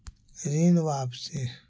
ऋण वापसी?